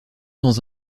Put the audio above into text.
dans